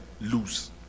lose